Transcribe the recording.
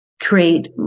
create